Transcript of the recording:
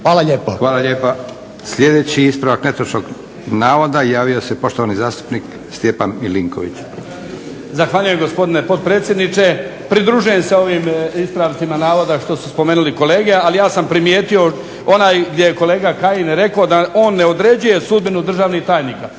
Josip (SDP)** Hvala lijepa. Sljedeći ispravak netočnog navoda javio se poštovani zastupnik Stjepan Milinković. **Milinković, Stjepan (HDZ)** Zahvaljujem gospodine potpredsjedniče. Pridružujem se ovim ispravcima navodima što su spomenuli kolege, ali ja sam primijetio onaj gdje je kolega Kajin rekao da on ne određuje sudbinu državnih tajnika.